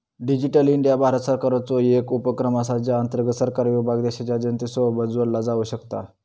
digital India Bharat सरकारचो एक उपक्रम असा ज्या अंतर्गत सरकारी विभाग देशाच्या जनतेसोबत जोडला जाऊ शकता